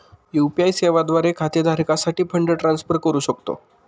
UPI सेवा द्वारे खाते धारकासाठी फंड ट्रान्सफर करू शकतो